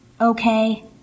Okay